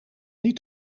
niet